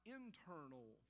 internal